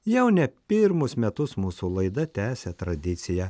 jau ne pirmus metus mūsų laida tęsia tradiciją